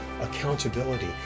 accountability